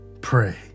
Pray